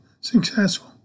successful